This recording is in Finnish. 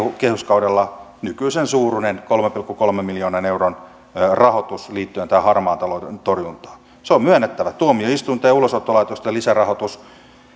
kehyskaudella nykyisen suuruinen kolmen pilkku kolmen miljoonan euron rahoitus liittyen tähän harmaan talouden torjuntaan se on myönnettävä että tuomioistuinten ja ulosottolaitosten lisärahoitus